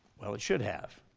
well it should have.